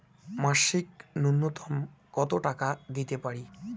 মাসিক নূন্যতম কত টাকা দিতে পারি?